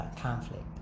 conflict